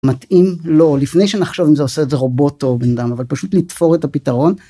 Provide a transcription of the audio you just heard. מתאים לו, לפני שנחשוב אם זה, עושה את זה רובוט או בן אדם אבל פשוט לתפור את הפתרון.